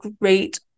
great